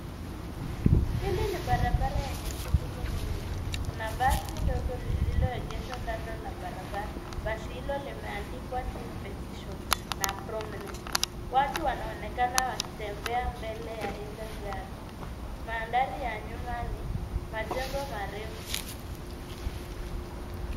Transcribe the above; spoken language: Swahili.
Hili ni barabara lenye shughuli nyingi. Kuna basi lililo egeshwa kando la barabara. Basi hilo limeandikwa team petition[cs ] na [cs ] promise[cs ]. Watu wanaonekana wakitembea mbele ya hili gari. Mandhari ya nyuma ni majengo marefu.